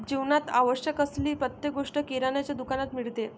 जीवनात आवश्यक असलेली प्रत्येक गोष्ट किराण्याच्या दुकानात मिळते